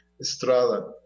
Estrada